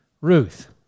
Ruth